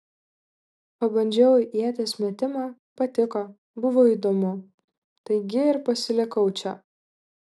pabandžiau ieties metimą patiko buvo įdomu taigi ir pasilikau čia